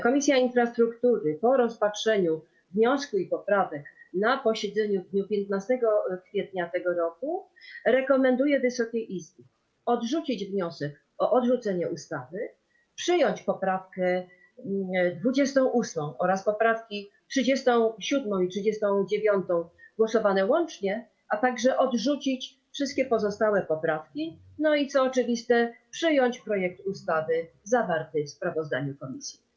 Komisja Infrastruktury po rozpatrzeniu wniosku i poprawek na posiedzeniu w dniu 15 kwietnia tego roku rekomenduje Wysokiej Izbie: odrzucić wniosek o odrzucenie ustawy, przyjąć poprawkę 28. oraz poprawki 37. i 39., poddane pod głosowanie łącznie, a także odrzucić wszystkie pozostałe poprawki i, co oczywiste, przyjąć projekt ustawy zawarty w sprawozdaniu komisji.